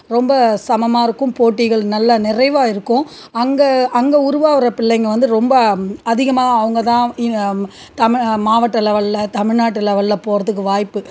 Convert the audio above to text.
ரொம்ப சமமாக இருக்கும் போட்டிகள் நல்லா நிறைவாக இருக்கும் அங்கே அங்கே உருவாகிற பிள்ளைங்க வந்து ரொம்ப அதிகமாக அவங்க தான் தமிழ் மாவட்ட லெவலில் தமிழ்நாட்டு லெவலில் போகிறத்துக்கு வாய்ப்பு